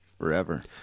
Forever